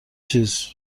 چیز